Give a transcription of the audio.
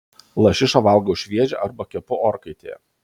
lašišą valgau šviežią arba kepu orkaitėje